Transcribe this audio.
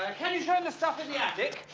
can you show him the stuff in the attic?